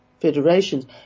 federations